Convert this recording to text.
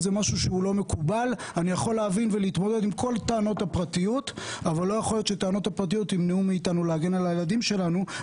או להגיד שטענות הפרטיות ימנעו מאיתנו להגן על הילדים שלנו.